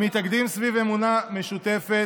הם מתאגדים סביב אמונה משותפת.